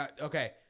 Okay